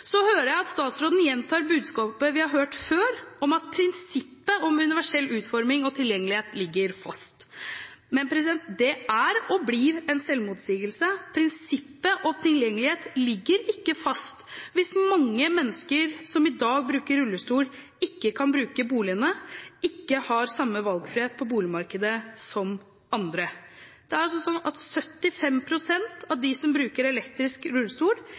Så hører jeg at statsråden gjentar budskapet vi har hørt før, om at prinsippet om universell utforming og tilgjengelighet ligger fast. Men det er og blir en selvmotsigelse. Prinsippet og tilgjengelighet ligger ikke fast hvis mange mennesker som i dag bruker rullestol, ikke kan bruke boligene og ikke har samme valgfrihet på boligmarkedet som andre. Det er sånn at 75 pst. av de som bruker elektrisk